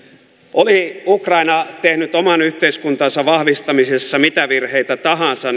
oli ukraina tehnyt oman yhteiskuntansa vahvistamisessa mitä virheitä tahansa